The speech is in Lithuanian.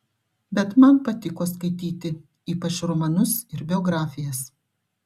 bet man patiko skaityti ypač romanus ir biografijas